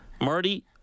Marty